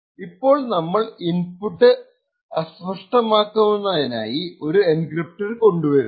ഇപ്പോൾ നമ്മൾ ഇൻപുട്ട് അസ്പഷ്ടമാക്കുവാനായി ഒരു എൻക്രിപ്റ്റർ കൊണ്ടുവരുന്നു